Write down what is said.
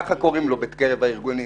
ככה קוראים לו בקרב הארגונים.